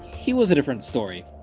he was a different story.